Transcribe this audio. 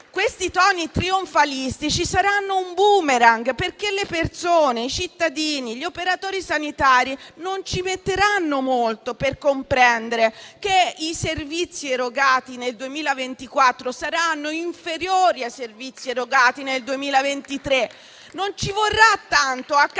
questi toni trionfalistici saranno un *boomerang*, perché le persone, i cittadini, gli operatori sanitari non ci metteranno molto a comprendere che i servizi erogati nel 2024 saranno inferiori ai servizi erogati nel 2023. Non ci vorrà tanto a capire